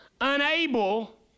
unable